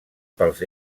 pels